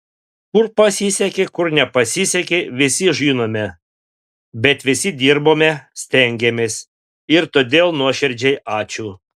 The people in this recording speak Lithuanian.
kur pasisekė kur nepasisekė visi žinome bet visi dirbome stengėmės ir todėl nuoširdžiai ačiū